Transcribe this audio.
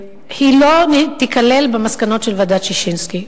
לא תיכלל במסקנות של ועדת-ששינסקי.